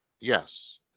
Yes